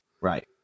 Right